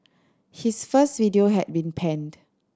his first video had been panned